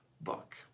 book